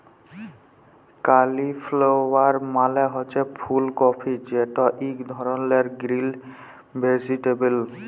cauliflower মালে হছে ফুল কফি যেট ইক ধরলের গ্রিল ভেজিটেবল